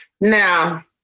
Now